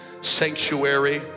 sanctuary